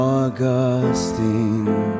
Augustine